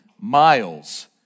miles